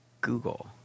google